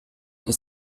ist